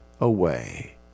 away